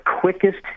quickest